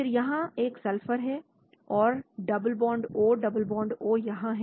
फिर से यहां एक सल्फर है और double bond O double bond O यहां है